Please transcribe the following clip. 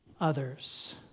others